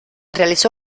realizó